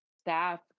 staff